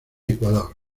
ecuador